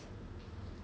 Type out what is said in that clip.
what